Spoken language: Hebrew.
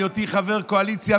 בהיותי חבר קואליציה,